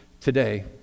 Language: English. today